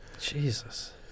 Jesus